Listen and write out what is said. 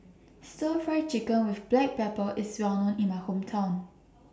Stir Fry Chicken with Black Pepper IS Well known in My Hometown